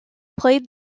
played